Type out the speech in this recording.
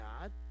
God